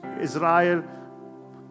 Israel